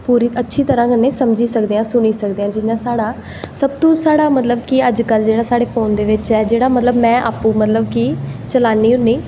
फिर अच्छी तरहां कन्नै समझी सकदे आं सुनी सकदे आं जि'यां साढ़ा सब तो साढ़ा मतलब कि अज्ज कल साढ़ा मतलब कि फोन दे बिच ऐ जेह्ड़ा में आपूं मतलब कि में चलानी होनी